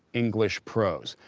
english prose.